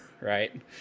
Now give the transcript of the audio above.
Right